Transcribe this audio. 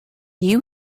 you